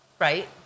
Right